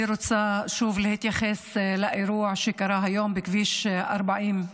אני רוצה שוב להתייחס לאירוע שקרה היום בכביש 40,